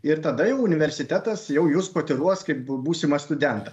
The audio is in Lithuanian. ir tada jau universitetas jau jus kotiruos kaip būsimą studentą